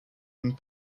une